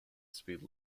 speed